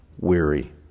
weary